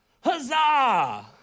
Huzzah